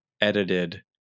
edited